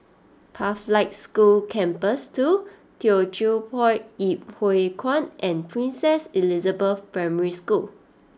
Pathlight School Campus Two Teochew Poit Ip Huay Kuan and Princess Elizabeth Primary School